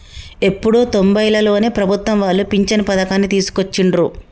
ఎప్పుడో తొంబైలలోనే ప్రభుత్వం వాళ్ళు పించను పథకాన్ని తీసుకొచ్చిండ్రు